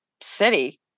city